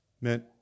meant